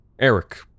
Eric